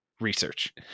research